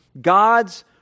God's